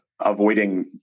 avoiding